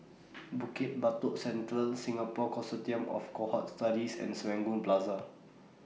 Bukit Batok Central Singapore Consortium of Cohort Studies and Serangoon Plaza